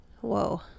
Whoa